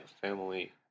family